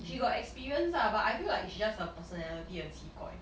she got experience lah but I feel like is just her personality 很奇怪